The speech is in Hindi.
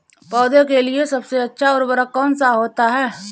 पौधे के लिए सबसे अच्छा उर्वरक कौन सा होता है?